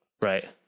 Right